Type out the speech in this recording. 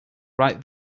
right